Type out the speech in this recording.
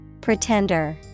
Pretender